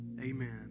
amen